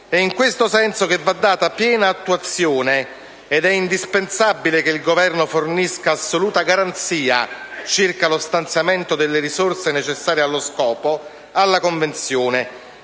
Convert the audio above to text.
È in questo senso che va data piena attuazione (ed è indispensabile che il Governo fornisca assoluta garanzia circa lo stanziamento delle risorse necessarie allo scopo) alla Convenzione